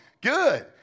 Good